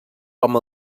com